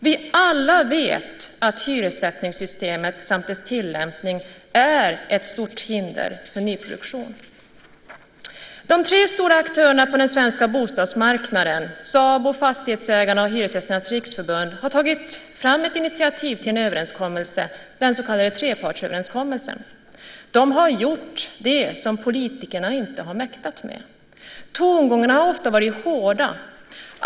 Vi vet alla att hyressättningssystemet samt dess tillämpning är ett stort hinder för nyproduktion. De tre stora aktörerna på den svenska bostadsmarknaden, SABO, Fastighetsägarna och Hyresgästernas riksförbund, har tagit initiativ till en överenskommelse, den så kallade trepartsöverenskommelsen. De har gjort det som politikerna inte har mäktat med. Tongångarna har ofta varit hårda.